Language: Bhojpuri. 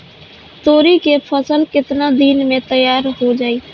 तोरी के फसल केतना दिन में तैयार हो जाई?